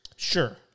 Sure